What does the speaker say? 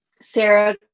Sarah